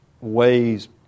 ways